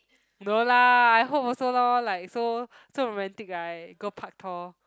no lah I hope also loh like so so romantic right go Paktor